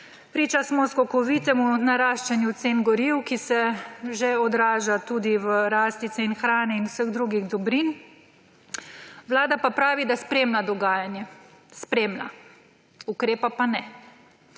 Priče smo skokovitemu naraščanju cen goriv, kar se že odraža tudi v rasti cen hrane in vseh drugih dobrin. Vlada pa pravi, da spremlja dogajanje. Spremlja, ukrepa pa ne.